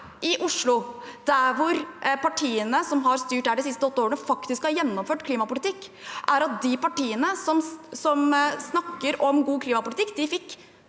i Oslo, der partiene som har styrt der de siste åtte årene, faktisk har gjennomført klimapolitikk – er at de partiene som snakker om god klimapolitikk, fikk